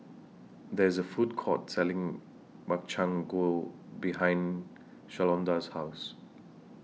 There IS A Food Court Selling Makchang Gui behind Shalonda's House